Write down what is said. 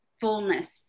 fullness